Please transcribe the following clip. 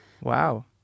Wow